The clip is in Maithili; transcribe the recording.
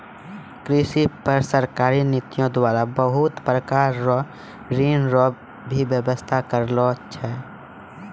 कृषि पर सरकारी नीतियो द्वारा बहुत प्रकार रो ऋण रो भी वेवस्था करलो छै